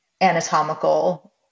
anatomical